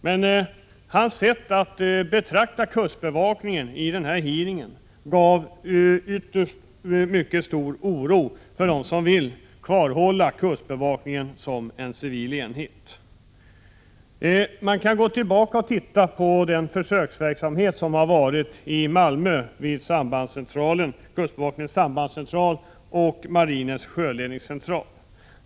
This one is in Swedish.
Men hans sätt att betrakta kustbevakningen vid den här hearingen ingav ytterst mycket stor oro hos dem som vill kvarhålla kustbevakningen som en civil enhet. Man kan gå tillbaka och titta på den försöksverksamhet som bedrivits i Malmö vid kustbevakningens sambandscentral och marinens sjöledningscentral.